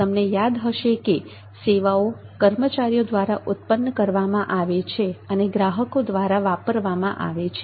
તમને યાદ હશે કે સેવાઓ કર્મચારીઓ દ્વારા ઉત્પન્ન કરવામાં આવે છે અને ગ્રાહકો દ્વારા વાપરવામાં આવે છે